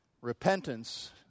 Repentance